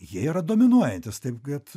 jie yra dominuojantys taip kad